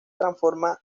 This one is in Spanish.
transforma